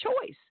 choice